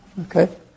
okay